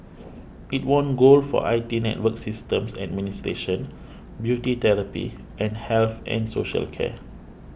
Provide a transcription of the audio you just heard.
it won gold for I T network systems administration beauty therapy and health and social care